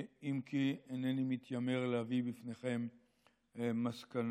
אם כי אינני מתיימר להביא בפניכם מסקנה